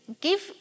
give